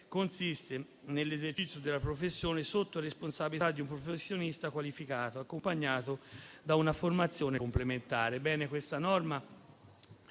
consiste nell'esercizio della professione sotto la responsabilità di un professionista qualificato, accompagnato da una formazione complementare.